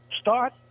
start